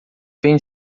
vem